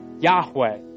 Yahweh